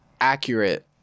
accurate